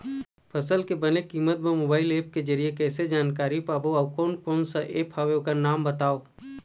फसल के बने कीमत बर मोबाइल ऐप के जरिए कैसे जानकारी पाबो अउ कोन कौन कोन सा ऐप हवे ओकर नाम बताव?